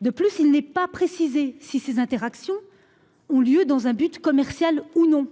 De plus, il n'est pas précisé si ces interactions ont lieu dans un but commercial ou non.